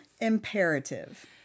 imperative